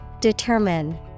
Determine